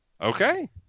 Okay